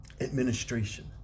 administration